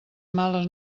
males